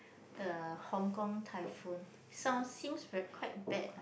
the Hong-Kong typhoon sounds seems very quite bad ah